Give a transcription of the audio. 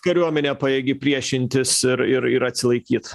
kariuomenė pajėgi priešintis ir ir ir atsilaikyt